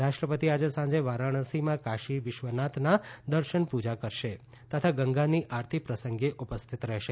રાષ્ટ્રપતિ આજે સાંજે વારાણસીમાં કાશી વિશ્વનાથના દર્શન પુજા કરશે તથા ગંગાની આરતી પ્રસંગે ઉપસ્થિત રહેશે